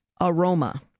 aroma